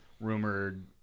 rumored